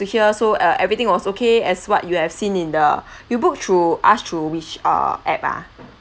to hear so uh everything was okay as what you have seen in the you book through us through which uh app ah